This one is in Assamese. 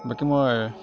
বাকী মই